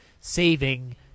saving